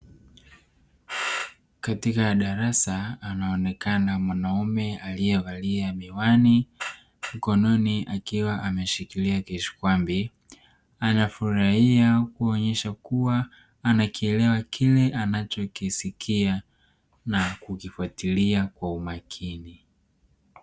Katika darasa anaonekana mwanaume aliyevalia miwani, mkononi akiwa ameshikilia kishkwambi. Anafurahia kuonyesha kuwa anaelewa kile anachokisikia na kukifuatilia kwa makini.